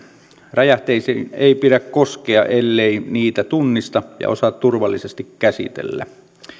räjähteisiin ei pidä koskea ellei niitä tunnista ja osaa turvallisesti käsitellä